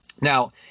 now